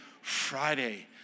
Friday